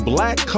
Black